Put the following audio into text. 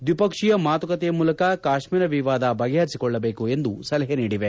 ದ್ವಿಪಕ್ಷೀಯ ಮಾತುಕತೆಯ ಮೂಲಕ ಕಾತ್ಮೀರ ವಿವಾಧ ಬಗೆಹರಿಸಿಕೊಳ್ಳಬೇಕು ಎಂದು ಸಲಹೆ ನೀಡಿದೆ